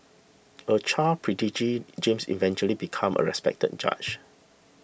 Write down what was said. a child prodigy James eventually became a respected judge